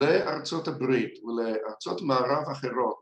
‫לארצות הברית ולארצות מערב אחרות.